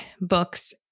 books